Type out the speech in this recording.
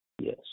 Yes